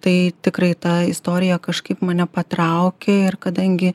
tai tikrai ta istorija kažkaip mane patraukė ir kadangi